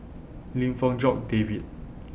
Lim Fong Jock David